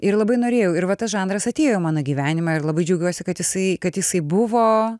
ir labai norėjau ir va tas žanras atėjo į mano gyvenimą ir labai džiaugiuosi kad jisai kad jisai buvo